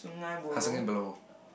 I thinking below